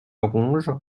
ronge